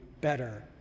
better